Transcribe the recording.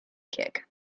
kick